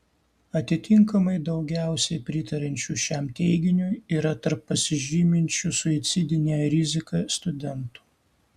atitinkamai daugiausiai pritariančių šiam teiginiui yra tarp pasižyminčių suicidine rizika studentų